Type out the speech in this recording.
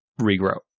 regrow